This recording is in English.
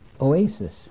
oasis